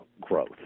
growth